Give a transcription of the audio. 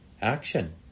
action